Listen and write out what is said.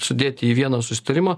sudėti į vieną susitarimą